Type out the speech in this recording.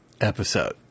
episode